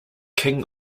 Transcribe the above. king